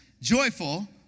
joyful